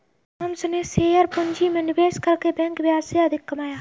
Thomas ने share पूंजी में निवेश करके बैंक ब्याज से अधिक कमाया